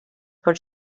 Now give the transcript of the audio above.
both